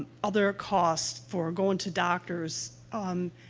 other costs for going to doctors um,